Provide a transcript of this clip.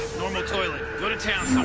normal toilet. go to town,